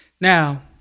Now